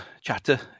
chatter